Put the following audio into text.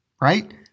right